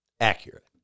Accurate